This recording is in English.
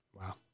Wow